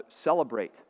celebrate